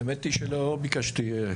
האמת שלא ביקשתי רשות דיבור.